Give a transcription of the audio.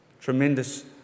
Tremendous